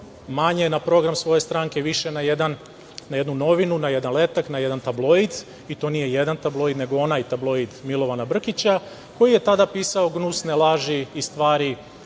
manje na program svoje stranke, više na jednu novinu, na jedan letak, na jedan tabloid, i to nije jedan tabloid, nego onaj tabloid Milovana Brkića, koji je tada pisao gnusne laži i stvari